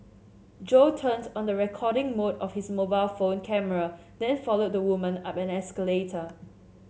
Jo turned on the recording mode of his mobile phone camera then followed the woman up an escalator